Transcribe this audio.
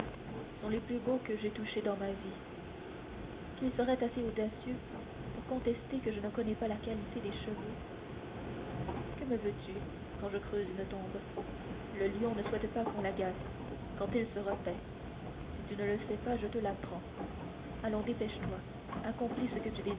sont les plus beaux que j'aie touchés dans ma vie qui serait assez audacieux pour contester que je ne connais pas la qualité des cheveux que me veux-tu quand je creuse une tombe le lion ne souhaite pas qu'on l'agace quand il se repaît si tu ne le sais pas je te l'apprends allons dépêche-toi accomplis ce que tu